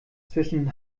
zwischen